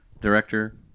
director